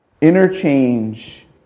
Interchange